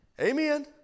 Amen